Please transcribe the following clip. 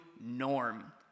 norm